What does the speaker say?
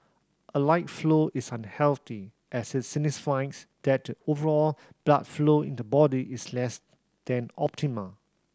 a light flow is unhealthy as it signifies that the overall blood flow in the body is less than optimal